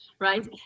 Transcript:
right